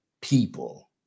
people